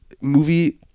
movie